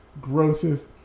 grossest